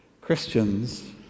Christians